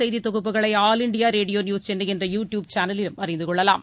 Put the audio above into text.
செய்தி தொகுப்புகளை All India Radio News Chennai என்ற யூ டியூப் சேனலிலும் அறிந்து கொள்ளலாம்